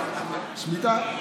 שמיטה.